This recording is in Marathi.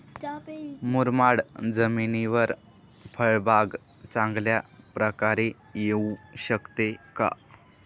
मुरमाड जमिनीवर फळबाग चांगल्या प्रकारे येऊ शकते का?